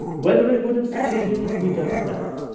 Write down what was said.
whether it would have succeeded, we don't know.